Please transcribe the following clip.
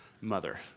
mother